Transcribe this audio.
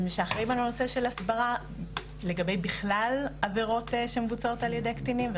הם אחראים על הנושא של הסברה לגבי בכלל עבירות שמבוצעות על ידי קטינים,